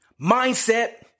mindset